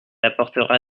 apportera